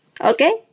Okay